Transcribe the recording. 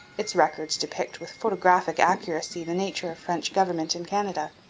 its records depict with photographic accuracy the nature of french government in canada.